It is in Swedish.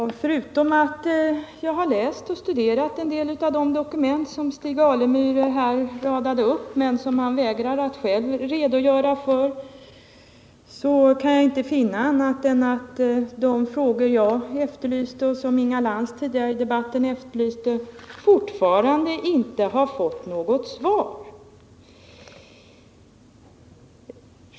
Herr talman! Jag har läst vissa av de dokument som Stig Alemyr räknade upp, men då han själv vägrar att lämna en redogörelse, kan jag inte finna annat än att de frågor som jag, och tidigare Inga Lantz, ställt fortfarande inte har besvarats. I de refererade dokumenten besvaras de nämligen inte.